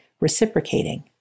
reciprocating